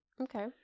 okay